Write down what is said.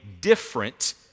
different